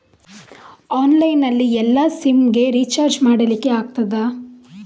Online ನಲ್ಲಿ ಎಲ್ಲಾ sim ಗೆ ರಿಚಾರ್ಜ್ ಮಾಡಲಿಕ್ಕೆ ಆಗ್ತದಾ?